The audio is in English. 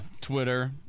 Twitter